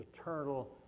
eternal